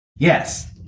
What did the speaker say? Yes